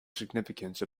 significance